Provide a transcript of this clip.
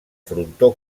frontó